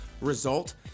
result